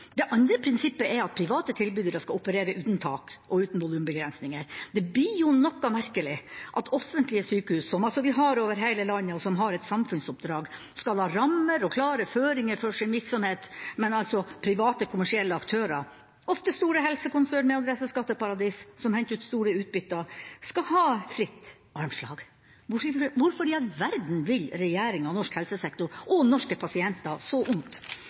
Det andre er at prinsippet er at private tilbydere skal operere uten tak og uten volumbegrensninger. Det blir jo noe merkelig at offentlige sykehus, som vi har over hele landet, og som har et samfunnsoppdrag, skal ha rammer og klare føringer for sin virksomhet, mens private kommersielle aktører – ofte store helsekonsern med adresse i skatteparadis, som henter ut store utbytter – altså skal ha fritt armslag. Hvorfor i all verden vil regjeringa norsk helsesektor og norske pasienter så